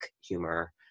humor